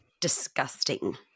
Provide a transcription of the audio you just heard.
disgusting